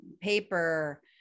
paper